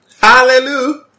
Hallelujah